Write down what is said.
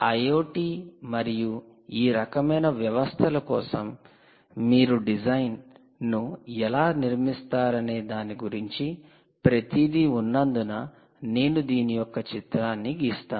IoT మరియు ఈ రకమైన వ్యవస్థల కోసం మీరు డిజైన్ను ఎలా నిర్మిస్తారనే దాని గురించి ప్రతిదీ ఉన్నందున నేను దీని యొక్క చిత్రాన్ని గీసాను